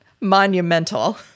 monumental